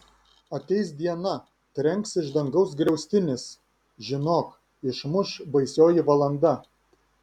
ateis diena trenks iš dangaus griaustinis žinok išmuš baisioji valanda